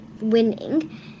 winning